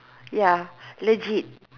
ya legit